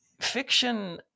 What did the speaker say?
fiction